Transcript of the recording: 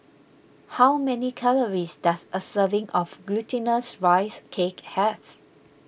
how many calories does a serving of Glutinous Rice Cake have